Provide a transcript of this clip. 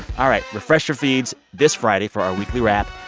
all right refresh your feeds this friday for our weekly wrap.